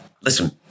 listen